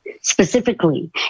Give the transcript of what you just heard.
Specifically